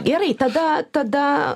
gerai tada tada